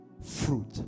fruit